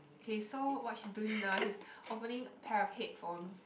okay so what she's doing now she's opening a pair of headphones